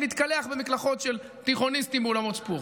ולהתקלח במקלחות של תיכוניסטים באולמות ספורט.